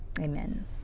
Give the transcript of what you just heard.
Amen